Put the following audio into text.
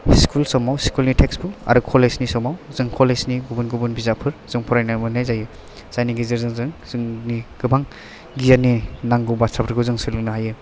school समाव school नि textbook आरो कलेज नि समाव जों कलेज नि गुबुन गुबुन बिजाबफोर जों फरायनो मोन्नाय जायो जायनि गेजेरजों जों जोंनि गोबां गियाननि नांगौ बाथ्राफोरखौ जों सोलोंनो हायो